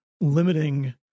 limiting